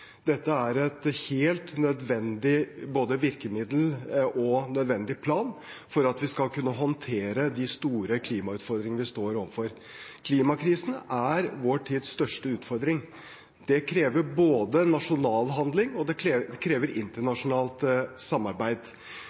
Dette er et helt nødvendig virkemiddel og en nødvendig plan for at vi skal kunne håndtere de store klimautfordringene vi står overfor. Klimakrisen er vår tids største utfordring. Den krever både nasjonal handling og